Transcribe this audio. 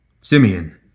Simeon